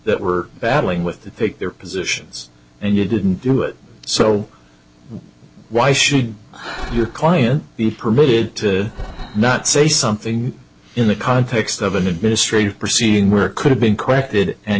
that were battling with their positions and you didn't do it so why should your client be permitted to not say something in the context of an administrative proceeding work could have been corrected and